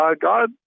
God